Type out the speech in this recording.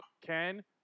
Ken